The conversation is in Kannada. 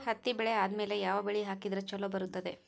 ಹತ್ತಿ ಬೆಳೆ ಆದ್ಮೇಲ ಯಾವ ಬೆಳಿ ಹಾಕಿದ್ರ ಛಲೋ ಬರುತ್ತದೆ?